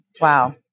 Wow